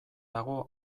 dago